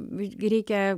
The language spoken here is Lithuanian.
visgi reikia